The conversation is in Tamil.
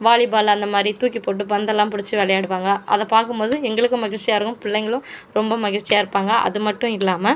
வாலிபால் அந்தமாதிரி தூக்கிப் போட்டு பந்த எல்லா புடிச்சி விளையாடுவாங்கள் அதை பார்க்கும் போது எங்களுக்கும் மகிழ்ச்சியாக இருக்கும் பிள்ளைங்களும் ரொம்ப மகிழ்ச்சியாக இருப்பாங்கள் அது மட்டும் இல்லாமல்